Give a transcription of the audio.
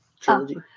trilogy